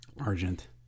Argent